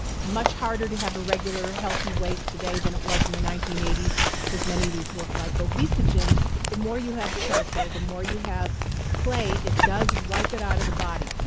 it's much harder to have a regular healthy weight today than it was in the nineteen eighty s because of these work like obesogens the more you have charcoal, the more you have clay, it does wipe it out of the body.